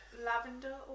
lavender